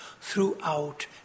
throughout